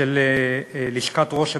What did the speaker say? של לשכת ראש הממשלה,